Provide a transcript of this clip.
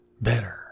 Better